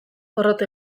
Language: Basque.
porrot